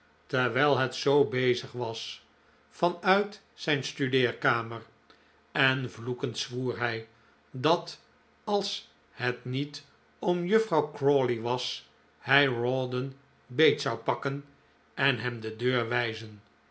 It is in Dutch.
terwijl het zoo bezig was vanuit zijn studeerkamerraam en vloekend zwoer hij dat als het niet om juffrouw crawley was hij rawdon beet zou pakken en hem de deur wijzen